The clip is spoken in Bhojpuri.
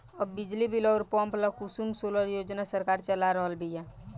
अब बिजली अउर पंप ला कुसुम सोलर योजना सरकार चला रहल बिया